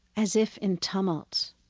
as if in tumults.